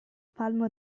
palmo